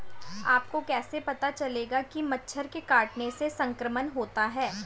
आपको कैसे पता चलेगा कि मच्छर के काटने से संक्रमण होता है?